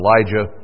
Elijah